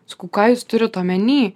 sakau ką jūs turit omeny